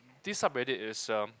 this sub-reddit is um